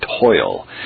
toil